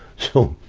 so,